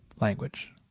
language